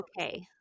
okay